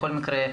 בכל מקרה,